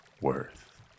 worth